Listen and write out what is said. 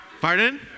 Pardon